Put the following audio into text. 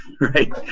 Right